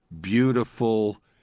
beautiful